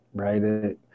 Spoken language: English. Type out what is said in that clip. right